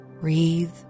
breathe